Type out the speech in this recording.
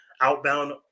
outbound